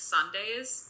Sundays